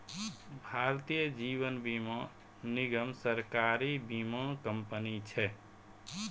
भारतीय जीवन बीमा निगम, सरकारी बीमा कंपनी छै